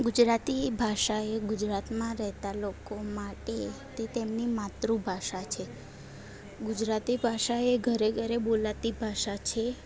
ગુજરાતી ભાષા એ ગુજરાતમાં રહેતા લોકો માટે તે તેમની માતૃભાષા છે ગુજરાતી ભાષા એ ઘરે ઘરે બોલતી ભાષા છે